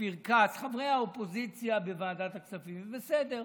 אופיר כץ, חברי האופוזיציה בוועדת הכספים, ובסדר,